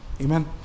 Amen